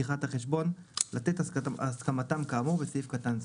פתיחת החשבון, לתת את הסכמתם כאמור בסעיף קטן זה.